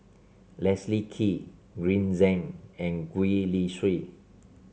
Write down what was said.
Leslie Kee Green Zeng and Gwee Li Sui